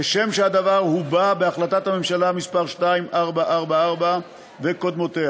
כשם שהדבר הובע בהחלטת ממשלה מס' 2444 וקודמותיה.